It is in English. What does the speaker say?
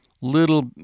little